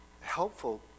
helpful